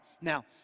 now